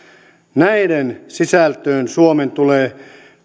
näiden sisältöön suomen tulee